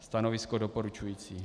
Stanovisko doporučující.